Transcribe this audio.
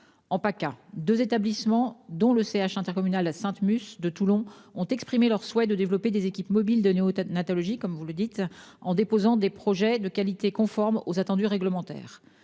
En Paca, deux établissements, dont le centre hospitalier intercommunal Sainte-Musse à Toulon, ont exprimé leur souhait de développer des équipes mobiles de néonatalogie, en déposant des projets de qualité conformes aux attendus réglementaires.